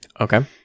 Okay